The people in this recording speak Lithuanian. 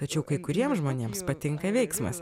tačiau kai kuriems žmonėms patinka veiksmas